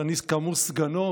שאני כאמור סגנו,